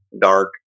dark